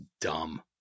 dumb